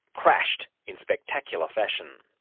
crashed in spectacular fashion.